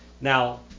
Now